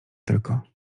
tylko